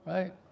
Right